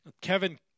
Kevin